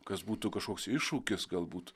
kas būtų kažkoks iššūkis galbūt